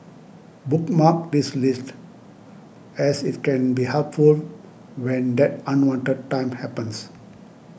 bookmark this list as its can be helpful when that unwanted time happens